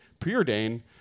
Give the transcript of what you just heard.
Preordain